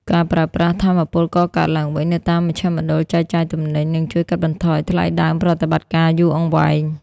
ការប្រើប្រាស់ "ថាមពលកកើតឡើងវិញ" នៅតាមមជ្ឈមណ្ឌលចែកចាយទំនិញ នឹងជួយកាត់បន្ថយថ្លៃដើមប្រតិបត្តិការយូរអង្វែង។